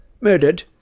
murdered